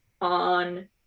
on